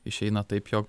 išeina taip jog